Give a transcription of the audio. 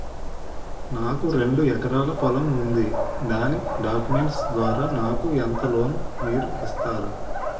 నాకు రెండు ఎకరాల పొలం ఉంది దాని డాక్యుమెంట్స్ ద్వారా నాకు ఎంత లోన్ మీరు ఇస్తారు?